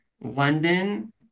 london